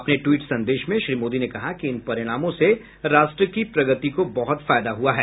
अपने ट्वीट संदेश में श्री मोदी ने कहा कि इन परिणामों से राष्ट्र की प्रगति को बहुत फायदा हुआ है